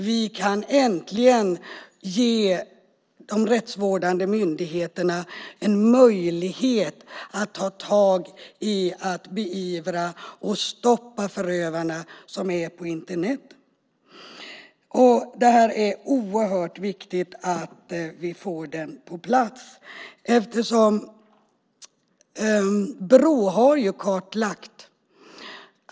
Vi kan äntligen ge de rättsvårdande myndigheterna en möjlighet att beivra och stoppa förövarna på Internet. Det är mycket viktigt att vi får denna lagstiftning på plats.